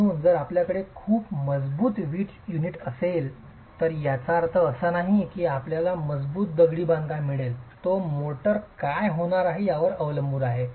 म्हणून जर आपल्याकडे खूप मजबूत वीट युनिट असेल तर याचा अर्थ असा नाही की आपल्याला मजबूत दगडी बांधकाम मिळेल तो मोर्टार काय होणार आहे यावर अवलंबून आहे